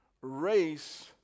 race